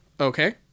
Okay